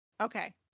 Okay